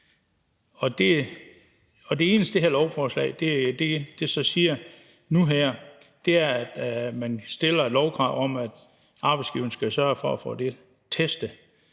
det eneste, der så nu siges i det her lovforslag, er, at man stiller et lovkrav om, at arbejdsgiveren skal sørge for at få dem testet.